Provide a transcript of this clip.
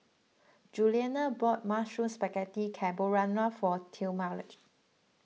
Juliana bought Mushroom Spaghetti Carbonara for Talmadge